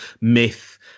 myth